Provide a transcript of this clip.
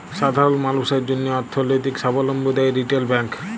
সাধারল মালুসের জ্যনহে অথ্থলৈতিক সাবলম্বী দেয় রিটেল ব্যাংক